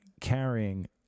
carrying